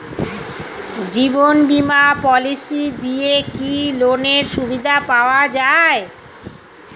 জীবন বীমা পলিসি দিয়ে কি লোনের সুবিধা পাওয়া যায়?